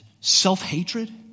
self-hatred